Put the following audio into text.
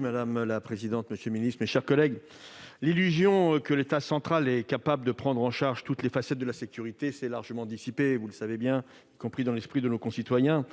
Madame la présidente, monsieur le ministre, mes chers collègues, l'illusion que l'État central est capable de prendre en charge toutes les facettes de la sécurité s'est largement dissipée, y compris dans l'esprit de nos concitoyens.